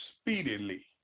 speedily